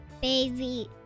baby